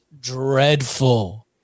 dreadful